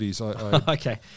Okay